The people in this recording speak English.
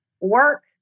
work